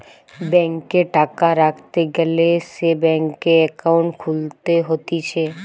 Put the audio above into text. ব্যাংকে টাকা রাখতে গ্যালে সে ব্যাংকে একাউন্ট খুলতে হতিছে